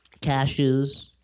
cashews